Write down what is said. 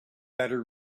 better